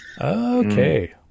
Okay